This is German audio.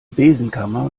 besenkammer